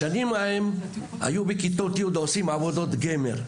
בשנים ההן בכיתות י' היו עושים עבודות גמר.